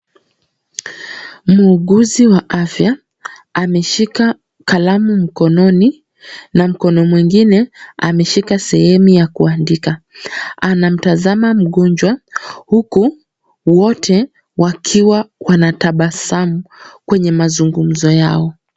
Muuguzi wa afya, ameshika kalamu mkononi na mkono mwingine ameshika sehemu ya kuandika. Anamtazama mgonjwa, huku wote wakiwa wanatabasamu kwenye mazungumzo yao.